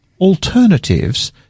alternatives